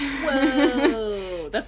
Whoa